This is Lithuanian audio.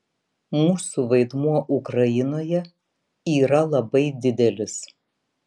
mūsų vaidmuo ukrainoje yra labai didelis